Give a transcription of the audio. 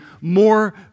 more